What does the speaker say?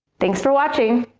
thanks for watching!